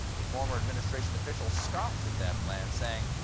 a former administration official scoffed at that plan, saying,